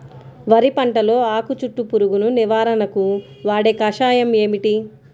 వరి పంటలో ఆకు చుట్టూ పురుగును నివారణకు వాడే కషాయం ఏమిటి?